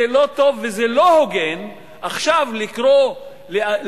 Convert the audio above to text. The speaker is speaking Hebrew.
זה לא טוב וזה לא הוגן עכשיו לקרוא לאדם,